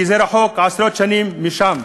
כי זה רחוק עשרות שנים משם.